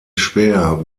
schwer